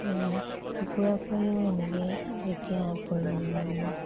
আৰু কুকুৰা পোৱালিও এনেকৈ যেতিয়া আপুনি